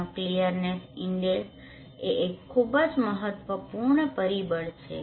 તેનો clearness index એ એક ખૂબ જ મહત્વપૂર્ણ પરિબળ છે